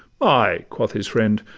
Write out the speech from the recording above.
ay, quoth his friend,